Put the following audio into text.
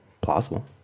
plausible